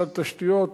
התשתיות,